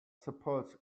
supports